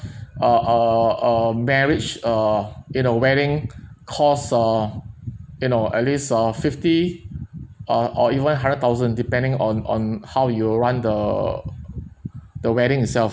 uh uh uh marriage uh you know wedding cost uh you know at least uh fifty uh or even a hundred thousand depending on on how you run the the wedding itself